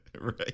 Right